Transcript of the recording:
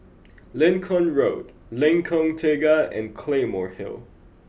Lincoln Road Lengkong Tiga and Claymore Hill